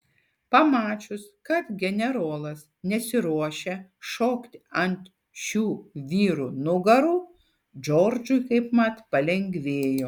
pamačius kad generolas nesiruošia šokti ant šių vyrų nugarų džordžui kaipmat palengvėjo